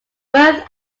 worth